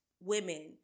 women